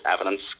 evidence